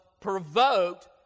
provoked